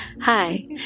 Hi